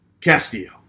Castillo